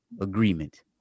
agreement